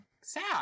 Sad